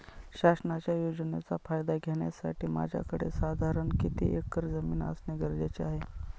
शासनाच्या योजनेचा फायदा घेण्यासाठी माझ्याकडे साधारण किती एकर जमीन असणे गरजेचे आहे?